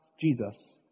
Jesus